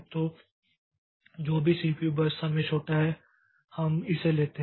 तो जो भी सीपीयू बर्स्ट सबसे छोटा है हम इसे लेते हैं